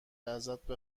ازت